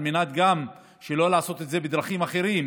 על מנת שלא לעשות את זה בדרכים אחרות,